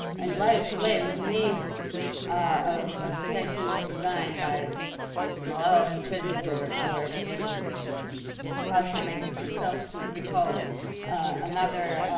and laius or leios, the name of this guy seems designed by malalas or tzetzes or or maybe the the talisman maker himself to recall another